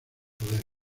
poder